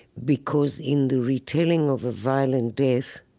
because in the retelling of a violent death,